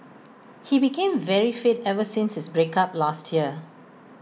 he became very fit ever since his break up last year